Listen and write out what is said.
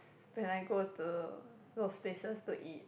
when I go to those places to eat